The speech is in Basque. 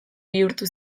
bihurtu